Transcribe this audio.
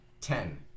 ten